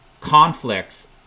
conflicts